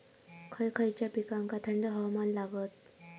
खय खयच्या पिकांका थंड हवामान लागतं?